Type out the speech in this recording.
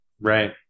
Right